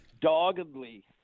doggedly